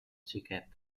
xiquet